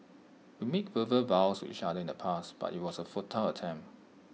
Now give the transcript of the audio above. we made verbal vows to each other in the past but IT was A futile attempt